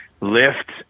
lift